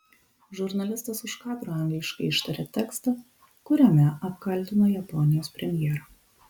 žurnalistas už kadro angliškai ištarė tekstą kuriame apkaltino japonijos premjerą